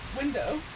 Window